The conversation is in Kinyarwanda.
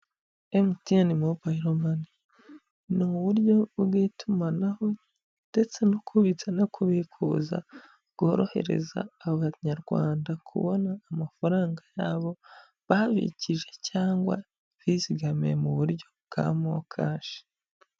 Emutiyeni mobayiro mani, ni uburyo bw'itumanaho, ndetse no kubitsa no kubikuza, bworohereza abanyarwanda kubona amafaranga yabo, babikije cyangwa bizigamiye mu buryo bwa mokashi.